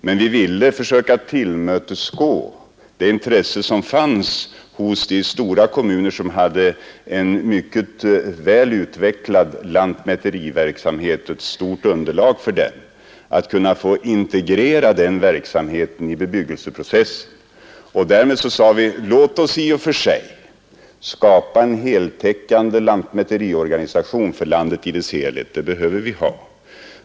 Men vi ville försöka tillmötesgå det starka intresse som fanns hos de stora kommuner, som hade en mycket väl utvecklad lantmäteriverksamhet och ett stort underlag att kunna integrera den verksamheten i bebyggelseprocessen. Därför sade vi: Låt oss i och för sig skapa en heltäckande lantmäteriorganisation för landet i dess helhet. Det behöver vi ha.